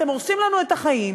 אתם הורסים לנו את החיים,